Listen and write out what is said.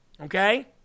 Okay